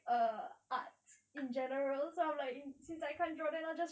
err art in general so I'm like since I can't draw